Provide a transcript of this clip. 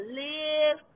live